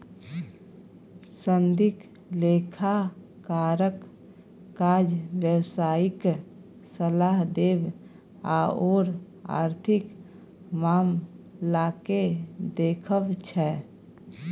सनदी लेखाकारक काज व्यवसायिक सलाह देब आओर आर्थिक मामलाकेँ देखब छै